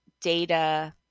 data